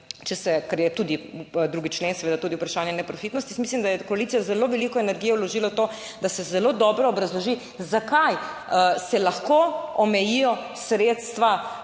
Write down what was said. če se, ker je tudi 2. člen. seveda tudi vprašanje neprofitnosti, jaz mislim, da je koalicija zelo veliko energije vložila v to, da se zelo dobro obrazloži, zakaj se lahko omejijo sredstva